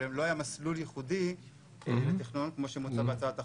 אבל לא היה מסלול ייחודי לתכנון כמו שמוצע בהצעת החוק.